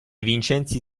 vincenzi